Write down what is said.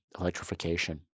electrification